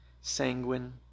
sanguine